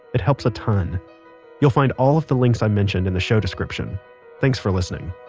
it helps a ton you'll find all of the links i mentioned in the show description thanks for listening